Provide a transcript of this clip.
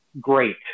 great